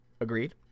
agreed